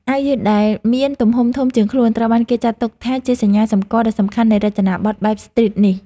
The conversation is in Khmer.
អាវយឺតដែលមានទំហំធំជាងខ្លួនត្រូវបានគេចាត់ទុកថា ជាសញ្ញាសម្គាល់ដ៏សំខាន់នៃរចនាប័ទ្មបែបស្ទ្រីតនេះ។